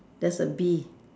there's a bee